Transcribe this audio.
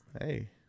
Hey